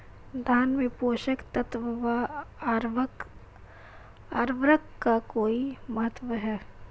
धान में पोषक तत्वों व उर्वरक का कोई महत्व है?